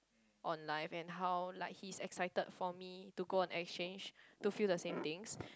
on like and how like he is excited for me to go on exchange to feel the same things